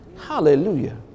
Hallelujah